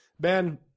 Ben